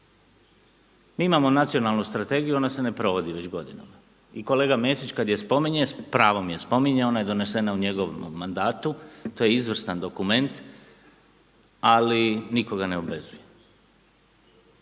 Mi imamo Nacionalnu strategiju, ona se ne provodi već godinama. I kolega Mesić kada je spominje, s pravom je spominje, ona je donesena u njegovom mandatu, to je izvrstan dokument ali nitko ga ne obvezuje.